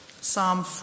Psalm